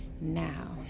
Now